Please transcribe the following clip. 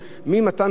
ממתן תורה,